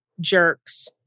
jerks